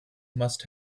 must